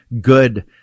good